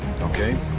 okay